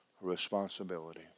responsibility